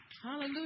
hallelujah